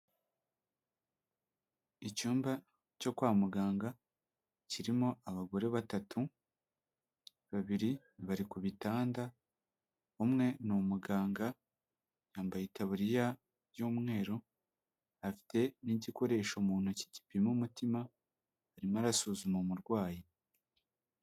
Icyumba cyo kwa muganga kirimo abagore batatu, babiri bari ku bitanda, umwe ni umuganga yambaye itaburiya y'umweru, afite n'igikoresho mu ntoki gipima umutima, arimo arasuzuma umurwayi.